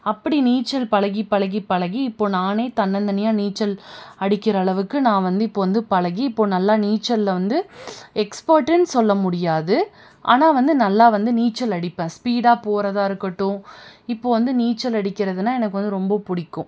அப்படி நீச்சல் பகி பழகி பழகி இப்போது நானே தன்னந்தனியாக நீச்சல் அடிக்கிற அளவுக்கு நான் வந்து இப்போது வந்து பழகி இப்போது நல்லா நீச்சலில் வந்து எக்ஸ்பர்ட்டுன்னு சொல்ல முடியாது ஆனால் வந்து நல்லா வந்து நீச்சல் அடிப்பேன் ஸ்பீடாக போகிறதா இருக்கட்டும் இப்போது வந்து நீச்சல் அடிக்கிறதுன்னால் எனக்கு வந்து ரொம்ப பிடிக்கும்